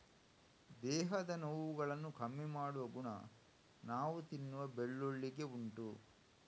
ದೇಹದ ನೋವುಗಳನ್ನ ಕಮ್ಮಿ ಮಾಡುವ ಗುಣ ನಾವು ತಿನ್ನುವ ಬೆಳ್ಳುಳ್ಳಿಗೆ ಉಂಟು